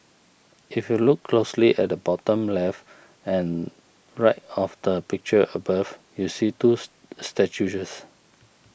if you look closely at the bottom left and right of the picture above you'll see twos statues